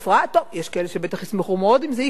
טוב, יש כאלה שבטח ישמחו מאוד אם זה יקרה,